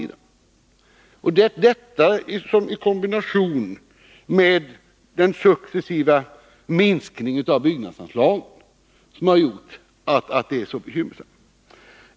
Det är detta i kombination med den successiva minskningen av byggnadsanslagen som har gjort att det är så bekymmersamt.